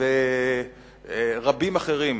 ורבים אחרים,